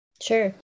Sure